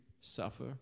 suffer